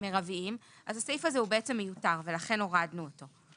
מרביים אז הסעיף מיותר ולכן הורדנו אותו.